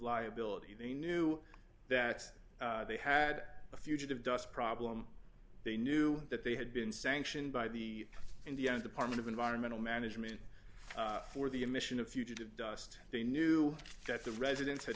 liability they knew that they had a fugitive dust problem they knew that they had been sanctioned by the indian department of environmental management for the emission of fugitive dust they knew that the residents had